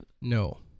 No